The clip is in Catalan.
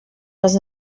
les